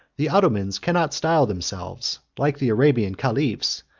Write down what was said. the ottomans cannot style themselves, like the arabian caliphs,